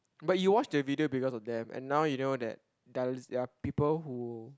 but you watched the video because of them and now you know that dialy~ there are people who